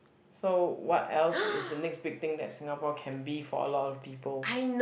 so what else is the next beating that Singapore can be for a lot of people